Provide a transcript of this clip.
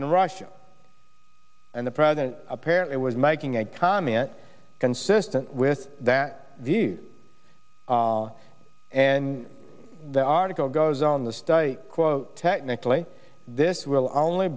and russia and the president apparently was making a comment consistent with that the and the article goes on the study quote technically this will only